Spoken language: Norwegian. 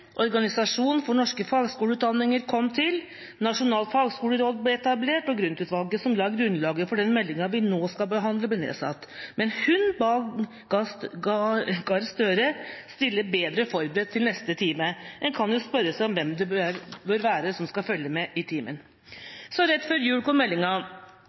for norske fagskoleutdanninger kom til, Nasjonalt fagskoleråd ble etablert, og Grund-utvalget, som la grunnlaget for den meldinga vi nå skal behandle, ble nedsatt. Men hun ba representanten Gahr Støre stille bedre forberedt til neste time. En kan jo spørre seg hvem det er som bør følge med i timen. Så, rett før jul, kom meldinga,